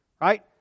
Right